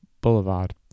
Boulevard